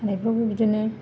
हानायफ्रावबो बिदिनो